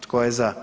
Tko je za?